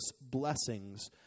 blessings